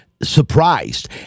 surprised